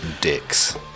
Dicks